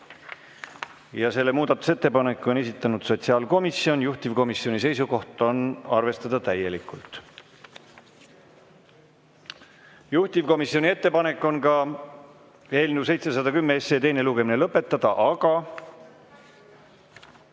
Selle muudatusettepaneku on esitanud sotsiaalkomisjon. Juhtivkomisjoni seisukoht on arvestada täielikult. Juhtivkomisjoni ettepanek on eelnõu 710 teine lugemine lõpetada, aga